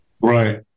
Right